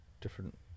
different